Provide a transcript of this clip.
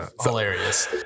hilarious